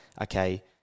okay